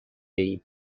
ایم